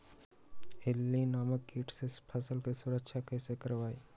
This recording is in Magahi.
इल्ली नामक किट से फसल के सुरक्षा कैसे करवाईं?